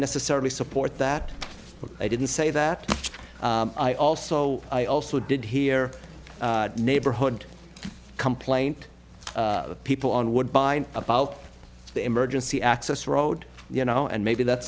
necessarily support that but i didn't say that i also i also did hear neighborhood complaint people on woodbine about the emergency access road you know and maybe that's